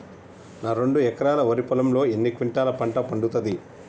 నా రెండు ఎకరాల వరి పొలంలో ఎన్ని క్వింటాలా పంట పండుతది?